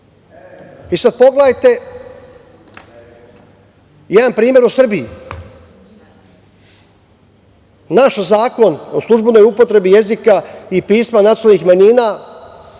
i pogledajte jedan primer u Srbiji. Naš Zakon o službenoj upotrebi jezika i pisma nacionalnih manjina